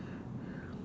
ah